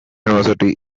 university